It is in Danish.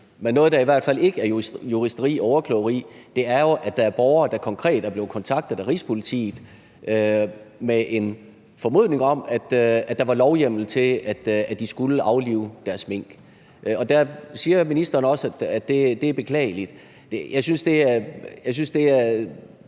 noget, der i hvert fald ikke er juristeri og ordkløveri, er jo, at der er borgere, der konkret er blevet kontaktet af Rigspolitiet med en formodning om, at der var lovhjemmel til, at de skulle aflive deres mink. Og der siger ministeren også, at det er beklageligt. Jeg synes måske,